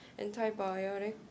antibiotic